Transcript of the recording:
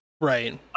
Right